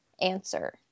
answer